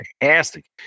fantastic